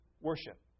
worship